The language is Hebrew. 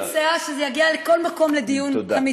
אני מציעה שזה יגיע לכל מקום לדיון אמיתי,